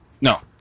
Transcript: No